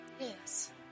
Yes